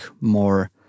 more